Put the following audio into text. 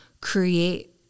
create